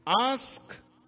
ask